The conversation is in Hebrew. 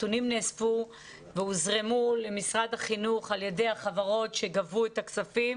אכן הנתונים נאספו והוזרמו למשרד החינוך על ידי החברות שגבו את הכספים.